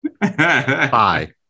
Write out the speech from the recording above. Bye